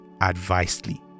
advisedly